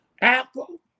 apple